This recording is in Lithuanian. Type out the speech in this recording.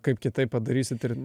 kaip kitaip padarysit ir